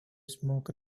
smoke